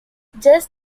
just